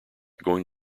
going